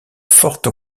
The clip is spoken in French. forte